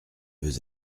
veux